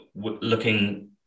looking